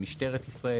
על משטרת ישראל,